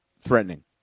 threatening